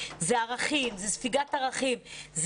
זה ספיגת ערכים,